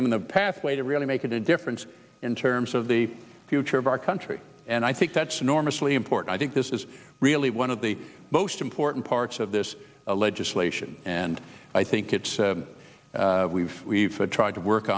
them an a pathway to really make a difference in terms of the future of our country and i think that's enormously important i think this is really one of the most important parts of this legislation and i think it's we've we've tried to work